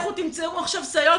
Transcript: לכו תמצאו עכשיו סייעות.